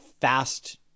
fast